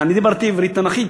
אני דיברתי עברית תנ"כית,